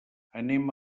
anem